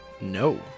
No